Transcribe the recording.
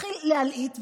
יתחיל להלהיט,